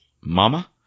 Mama